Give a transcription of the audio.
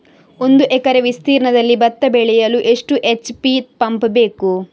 ಒಂದುಎಕರೆ ವಿಸ್ತೀರ್ಣದಲ್ಲಿ ಭತ್ತ ಬೆಳೆಯಲು ಎಷ್ಟು ಎಚ್.ಪಿ ಪಂಪ್ ಬೇಕು?